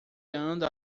anda